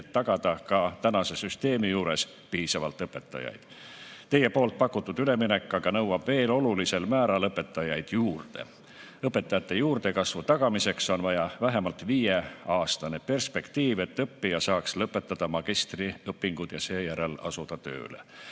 et tagada ka tänase süsteemi juures piisavalt õpetajaid. Teie poolt pakutud üleminek aga nõuab veel olulisel määral õpetajaid juurde. Õpetajate juurdekasvu tagamiseks on vaja vähemalt viie aastane perspektiiv, et õppija saaks lõpetada magistriõpingud ja seejärel asuda tööle."Meil